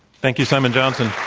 thank you, simon johnson.